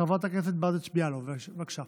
חברת הכנסת ברדץ' יאלוב, בבקשה.